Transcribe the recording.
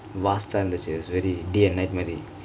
vast இருந்துச்சு:irundthuchu it was very day and night மாதிரி:maathri